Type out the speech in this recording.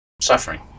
suffering